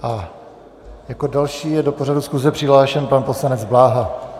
A jako další je do pořadu schůze přihlášen pan poslanec Bláha.